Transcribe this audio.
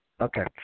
Okay